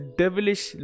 devilish